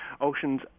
Ocean's